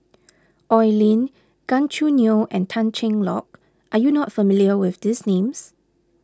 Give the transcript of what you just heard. Oi Lin Gan Choo Neo and Tan Cheng Lock are you not familiar with these names